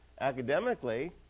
academically